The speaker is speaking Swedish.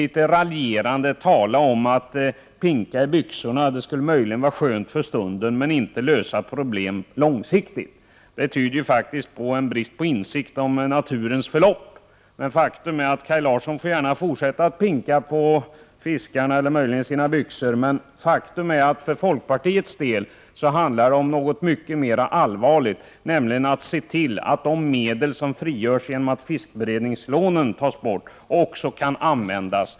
1988/89:95 tala om att ”pinka i byxorna” och säga att det möjligen skulle vara skönt för 12 april 1989 stunden men inte löser problemen långsiktigt. Detta tyder faktiskt på en brist på insikt om naturens förlopp. Kaj Larsson får gärna fortsätta att ”pinka” på fiskarna, eller möjligen i sina byxor. Men för folkpartiets del handlar det om något mycket mera allvarligt, nämligen att se till att de medel som frigörs genom att fiskberedningslånen tas bort kan användas till något annat.